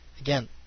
again